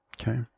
Okay